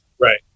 Right